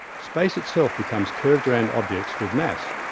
space itself becomes curved around objects with mass,